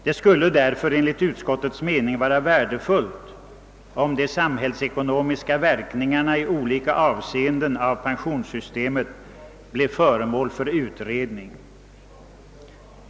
Det skulle därför enligt utskottets mening vara värdefullt om de samhällsekonomiska verkningarna i olika avseenden av pensionssystemet blev föremål för utredning.